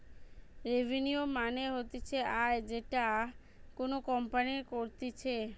revenue মানে হতিছে আয় যেটা কোনো কোম্পানি করতিছে